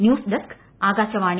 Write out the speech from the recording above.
news desk Akashvani